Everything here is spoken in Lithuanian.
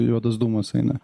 juodas dūmas eina